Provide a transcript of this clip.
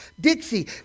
Dixie